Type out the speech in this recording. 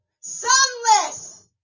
sunless